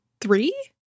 three